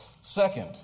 Second